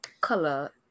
color